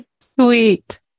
Sweet